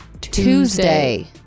Tuesday